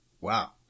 Wow